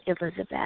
Elizabeth